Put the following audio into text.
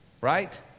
right